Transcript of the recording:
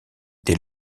des